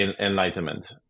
enlightenment